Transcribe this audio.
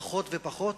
פחות ופחות.